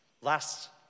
Last